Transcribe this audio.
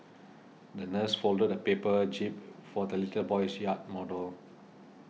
the nurse folded a paper jib for the little boy's yacht model